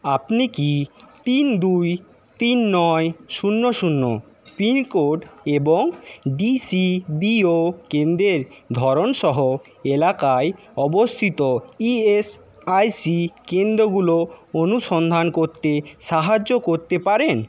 আপনি কি তিন দুই তিন নয় শূন্য শূন্য পিনকোড এবং ডিসিবিও কেন্দ্রের ধরন সহ এলাকায় অবস্থিত ইএসআইসি কেন্দ্রগুলো অনুসন্ধান করতে সাহায্য করতে পারেন